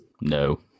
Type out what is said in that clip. No